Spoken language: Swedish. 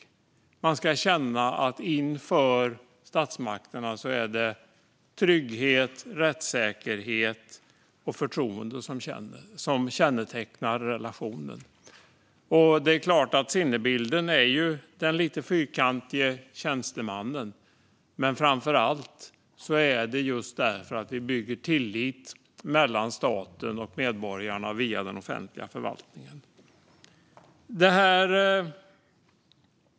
Inför statsmakterna ska man känna att det är trygghet, rättssäkerhet och förtroende som kännetecknar relationen. Sinnebilden är förstås den lite fyrkantige tjänstemannen. Men framför allt handlar det om att bygga tillit mellan staten och medborgarna via den offentliga förvaltningen.